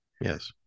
Yes